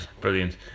brilliant